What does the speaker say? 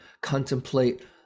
contemplate